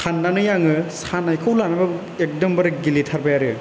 साननानै आङो सानायखौ लानानैबाबो एकदमबारि गेलेथारबाय आरो